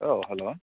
औ हेल'